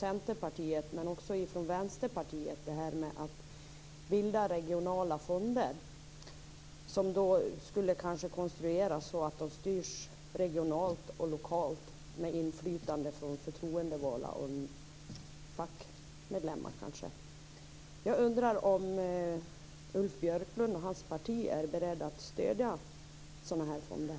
Centerpartiet men också från Vänsterpartiet, t.ex. att bilda regionala fonder som då skulle konstrueras så att de styrs regionalt och lokalt med inflytande från förtroendevalda, kanske fackmedlemmar. Jag undrar om Ulf Björklund och hans parti är beredda att stödja sådana här fonder?